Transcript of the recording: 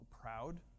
proud